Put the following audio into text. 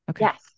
Yes